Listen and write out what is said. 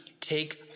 take